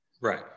right